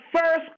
first